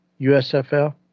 USFL